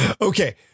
Okay